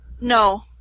no